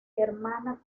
hermana